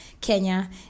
Kenya